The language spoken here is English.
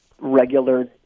regular